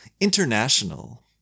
international